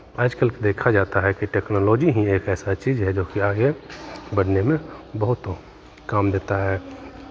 आज कल देखा जाता है कि टेक्नोलॉजी ही एक ऐसा चीज़ है जो की आगे बढ़ने में बहुत काम देता है